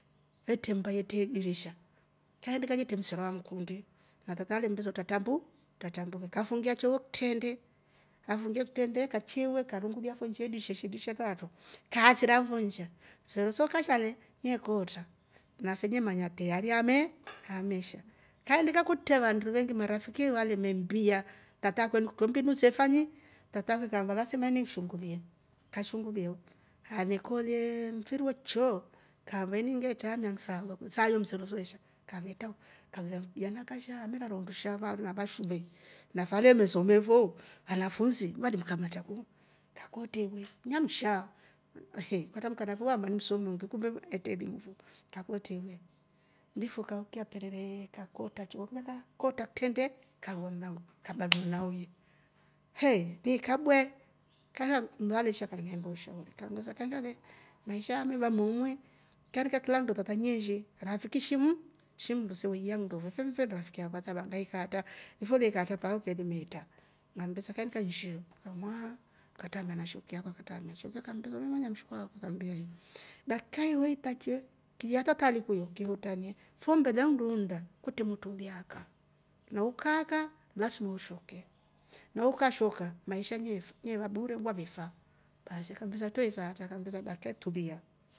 Vetre mmba yetre dirisha kaindika etre msero emkundi tata alembesa utratra trambu- utatrambuke kafungia chowo kitrende kaichya iwe karungulia fo nsha idirisheni kaasira fo nsha msero so kasha le nekootra nafe emanya na kootra nafe nemanya tayari name- namesha, kaindika atre vandu vengi marafiki valeme mmbia tata akwe mbinuso se fanyika tata ini lasima ngishungulie, nganekolye mfiri wo chyo kaamba ini ngi traamia ngisaakulye saa yo msero so esha kavetra kalolya kijana kasha amerara undusha vana vashule nafe alemesome fo vanafunshi vali mkamatra ku, kakootra iwe namshaa ehe katrambuka nave we shaamba ni msomi mwiingi kumbe etre elimu fo kakootra iwe mlifu kaukya pereree kootra chowo kilya kakootra kitrende karua mlango kabamwa naho he, he! Ni ikabwa ndo- ngasha ngane ombaa ushauri, kanga le maisha yameva moomu le kerika kila kindo tata neeshi rafiko shim- shimmndu. se weiya nndo fo ife nife rafiki yakwa taba ngaika atra ife uleikya atra mpaka ukailima, kaindika nshio truka muhaa trukatramia na shekuyo umemanya mshuku akwa kambia eh, dakika yi utakiwe kilya tata alikuiya kihutranie fo mbele uunda kutre motro uliaaka na ukaaka lasma ushoke na ukashoka maisha nefa weeva bure wavefa, baasi ngambesa twreka atra ngambesa dakikayi tulia